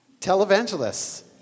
Televangelists